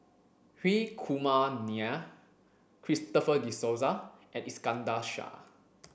Hri Kumar Nair Christopher De Souza and Iskandar Shah